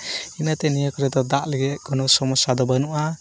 ᱤᱱᱟᱹ ᱛᱮ ᱱᱤᱭᱟᱹ ᱠᱚᱨᱮ ᱫᱚ ᱫᱟᱜ ᱞᱟᱹᱜᱤᱫ ᱠᱚᱱᱳ ᱥᱚᱢᱚᱥᱟ ᱫᱚ ᱵᱟᱹᱱᱩᱜᱼᱟ